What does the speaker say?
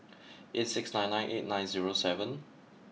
eight six nine nine eight nine zero seven